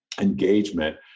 engagement